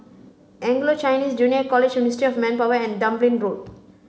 Anglo Chinese Junior College Ministry of Manpower and Dublin Road